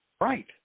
Right